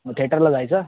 मग थेटरला जायचं